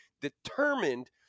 determined